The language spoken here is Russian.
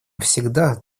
всегда